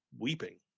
weeping